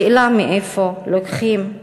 השאלה מאיפה לוקחים.